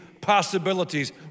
possibilities